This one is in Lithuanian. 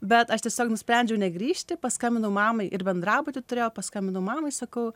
bet aš tiesiog nusprendžiau negrįžti paskambinau mamai ir bendrabutyį turėjau paskambinu mamai sakau